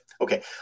Okay